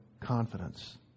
confidence